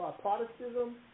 Protestantism